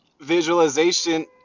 visualization